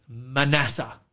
Manasseh